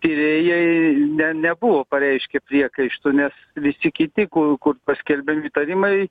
tyrėjai ne nebuvo pareiškę priekaištų nes visi kiti kur kur paskelbiami įtarimai